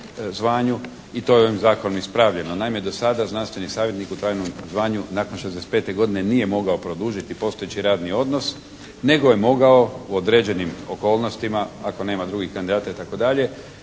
zvanju i to je ovim zakonom ispravljeno. Naime do sada znanstveni savjetnik u trajnom zvanju nakon 65 godine nije mogao produžiti postojeći radni odnos nego je mogao u određenim okolnostima ako nema drugih kandidata itd. dobiti